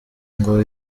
ngo